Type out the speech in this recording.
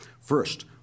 First